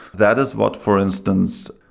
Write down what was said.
that is what, for instance,